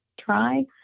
try